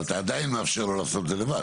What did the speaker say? אבל אתה עדיין מאפשר לו לעשות את זה לבד.